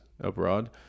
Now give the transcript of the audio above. abroad